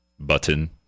button